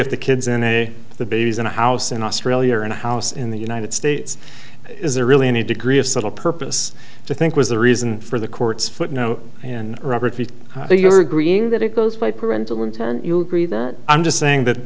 if the kids in a the baby's in a house in australia or in a house in the united states is there really any degree of subtle purpose to think was the reason for the court's footnote and robert i think you're agreeing that it goes by parental intent you agree that i'm just saying that